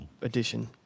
edition